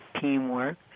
teamwork